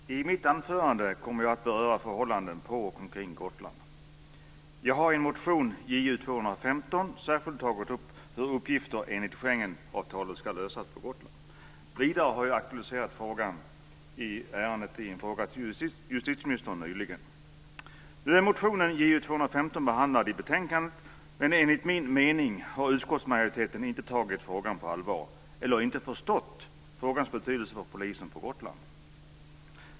Fru talman! I mitt anförande kommer jag att beröra förhållanden på och omkring Gotland. Jag har i en motion, Ju215, särskilt tagit upp hur uppgifterna enligt Schengenavtalet ska lösas på Gotland. Vidare har jag aktualiserat ärendet i en fråga till justitieministern nyligen. Nu är motionen Ju215 behandlad i betänkandet, men enligt min mening har utskottsmajoriteten inte tagit frågan på allvar eller inte förstått frågans betydelse för polisen på Gotland.